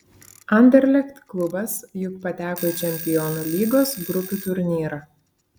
anderlecht klubas juk pateko į čempionų lygos grupių turnyrą